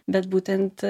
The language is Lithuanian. bet būtent